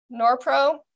Norpro